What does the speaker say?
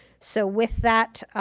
so with that,